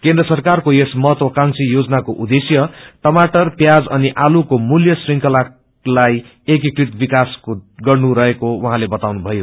केन्द्र सरकारको यस महत्याकांशी योजनाको जदेश्य टमाटर प्याज अनि आलुको मूल्य शृंखलाको एक्रीकृत विकास गर्नु रहेको उसैले बताउनुभयो